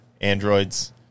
androids